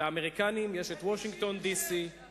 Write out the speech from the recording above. "לאמריקנים יש את וושינגטון די.סי.;